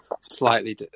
slightly